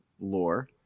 lore